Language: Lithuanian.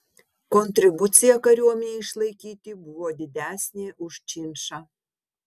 kontribucija kariuomenei išlaikyti buvo didesnė už činšą